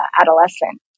adolescent